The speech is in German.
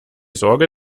sorge